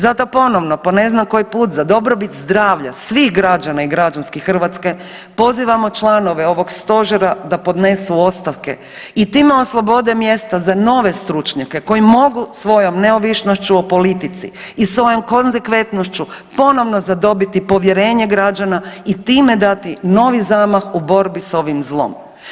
Zato ponovno po ne znam koji put za dobrobit zdravlja svih građana i građanki Hrvatske pozivamo članove ovog stožera da podnesu ostavke i time oslobode mjesta za nove stručnjake koji mogu svojom neovisnošću o politici i svojom konzekventnošću ponovno zadobiti povjerenje građana i time dati novi zamah u borbi s ovim zlom.